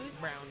Brown